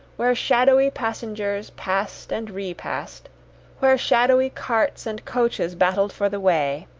where shadowy passengers passed and repassed where shadowy carts and coaches battled for the way,